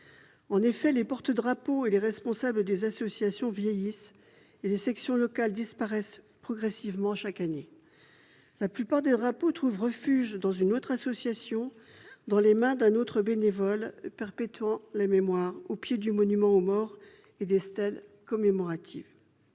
En effet, les porte-drapeaux et les responsables des associations vieillissant, les sections locales disparaissent progressivement. La plupart des drapeaux trouvent refuge dans une autre association, entre les mains d'un autre bénévole perpétuant la mémoire au pied du monument aux morts et des stèles commémoratives,